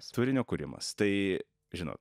turinio kūrimas tai žinot